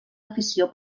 afició